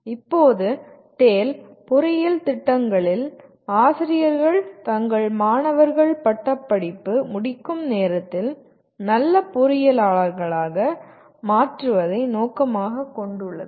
0624 இப்போது TALE பொறியியல் திட்டங்களில் ஆசிரியர்கள் தங்கள் மாணவர்கள் பட்டப்படிப்பு முடிக்கும் நேரத்தில் நல்ல பொறியியலாளர்களாக மாற்றுவதை நோக்கமாகக் கொண்டுள்ளது